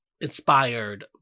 inspired